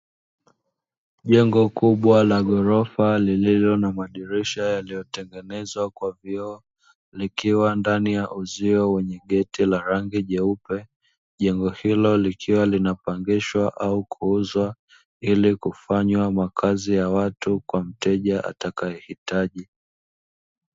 Jengo kubwa la ghorofa lililo na madirisha yaliyotengenezwa kwa vioo, likiwa ndani ya uzio wenye gati la rangi nyeupe. Jengo hilo likiwa linapangishwa au kuuzwa, ili kufanywa makazi ya watu kwa mteja atakaehitaji.